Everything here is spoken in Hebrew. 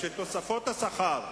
בשביל תוספות השכר,